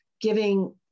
giving